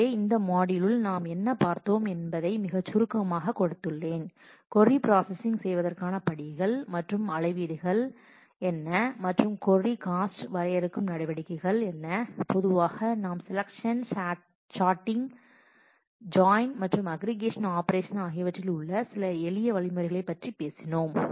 எனவே இந்த மாட்யூலில் நாம் என்ன பார்த்தோம் என்பதை மிகச் சுருக்கமாகக் கொடுத்துள்ளோம் கொர்ரி பிராஸஸிங் செய்வதற்கான படிகள் மற்றும் அளவீடுகள் என்ன மற்றும் கொர்ரி காஸ்ட வரையறுக்கும் நடவடிக்கைகள் என்ன பொதுவாக நாம் செலெக்ஷன் சார்ட்டிங் ஜாயின் மற்றும் அஃகிரிகேஷன் ஆபரேஷன் ஆகியவற்றில் உள்ள சில எளிய வழிமுறைகளைப் பற்றி பேசினோம்